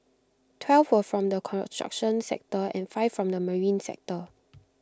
twelve were from the construction sector and five from the marine sector